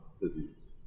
disease